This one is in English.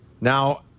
now